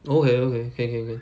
oh okay okay okay okay okay